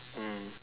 mm